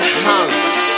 hands